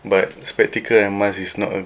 but spectacle and mask is not a